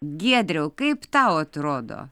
giedriau kaip tau atrodo